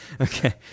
Okay